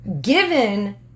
given